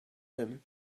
him